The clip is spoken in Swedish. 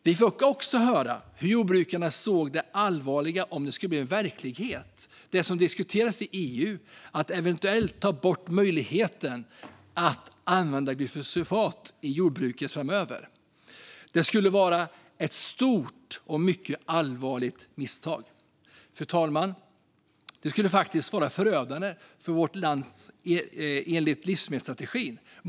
Vi fick också höra hur jordbrukarna såg det allvarliga i om det som diskuteras i EU skulle bli verklighet, alltså att eventuellt ta bort möjligheten att använda glyfosat i jordbruket framöver. Det skulle vara ett stort och mycket allvarligt misstag. Det skulle faktiskt vara förödande för vårt land enligt livsmedelsstrategin.